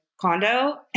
condo